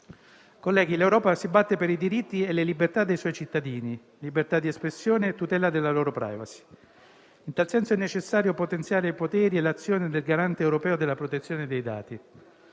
Colleghi, l'Europa si batte per i diritti e le libertà dei suoi cittadini, per la libertà di espressione e la tutela della loro *privacy*. In tal senso è necessario potenziare i poteri e l'azione del Garante europeo della protezione dei dati,